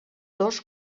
dos